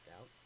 out